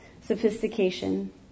sophistication